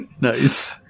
Nice